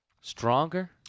stronger